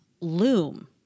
Loom